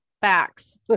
facts